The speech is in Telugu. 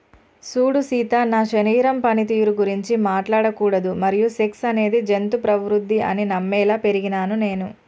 సూడు సీత నా శరీరం పనితీరు గురించి మాట్లాడకూడదు మరియు సెక్స్ అనేది జంతు ప్రవుద్ది అని నమ్మేలా పెరిగినాను నేను